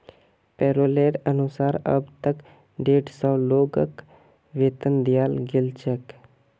पैरोलेर अनुसार अब तक डेढ़ सौ लोगक वेतन दियाल गेल छेक